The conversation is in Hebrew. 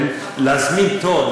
להזמין תור.